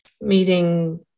meeting